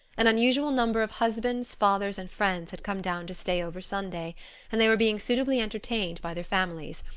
an unusual number of husbands, fathers, and friends had come down to stay over sunday and they were being suitably entertained by their families,